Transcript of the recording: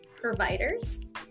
providers